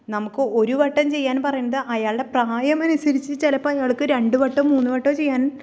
നമുക്ക് ഒരു വട്ടം ചെയ്യാൻ പറയുന്നത് അയാളുടെ പ്രായം അനുസരിച്ച് ചിലപ്പോൾ അയാൾക്ക് രണ്ടു വട്ടം മൂന്നു വെട്ടോ ചെയ്യാൻ